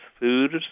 food